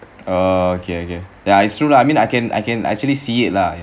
ah okay okay ya it's true lah I mean I can I can actually see it lah